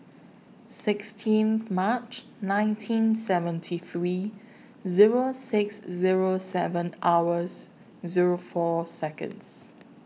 sixteen March nineteen seventy three Zero six Zero seven hours Zero four Seconds